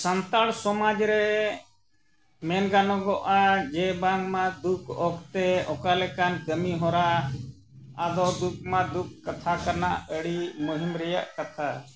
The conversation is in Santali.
ᱥᱟᱱᱛᱟᱲ ᱥᱚᱢᱟᱡᱽ ᱨᱮ ᱢᱮᱱ ᱜᱟᱱᱚᱜᱼᱟ ᱡᱮ ᱵᱟᱝᱢᱟ ᱫᱩᱠ ᱚᱠᱛᱮ ᱚᱠᱟ ᱞᱮᱠᱟᱱ ᱠᱟᱹᱢᱤᱦᱚᱨᱟ ᱟᱫᱚ ᱫᱩᱠ ᱢᱟ ᱫᱩᱠ ᱠᱟᱛᱷᱟ ᱠᱟᱱᱟ ᱟᱲᱤᱡ ᱢᱩᱦᱤᱢ ᱨᱮᱱᱟᱜ ᱠᱟᱛᱷᱟ